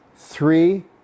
three